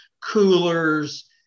Coolers